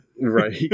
Right